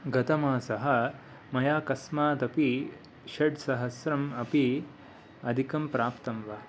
गतमासः मया कस्मादपि षट् सहस्रम् अपि अधिकं प्राप्तं वा